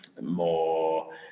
more